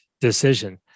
decision